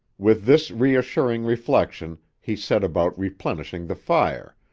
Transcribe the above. with this reassuring reflection he set about replenishing the fire,